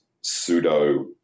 pseudo